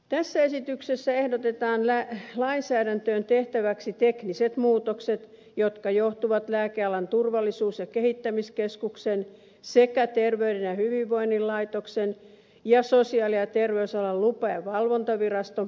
tässä esityksessä ehdotetaan lainsäädäntöön tehtäväksi tekniset muutokset jotka johtuvat lääkealan turvallisuus ja kehittämiskeskuksen sekä terveyden ja hyvinvoinnin laitoksen ja sosiaali ja terveysalan lupa ja valvontaviraston perustamisesta